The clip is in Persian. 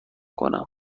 کنم